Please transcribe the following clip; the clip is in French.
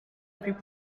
plus